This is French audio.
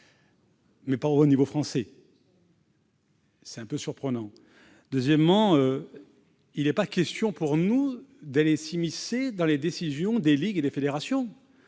mais pas au niveau français. C'est un peu surprenant. Ensuite, il n'est pas question que nous nous immiscions dans les décisions des ligues et des fédérations.